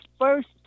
first